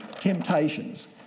temptations